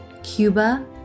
Cuba